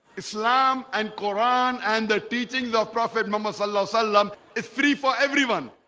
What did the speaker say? islam and quran and the teachings of prophet. mohammed salah salaam is free for everyone.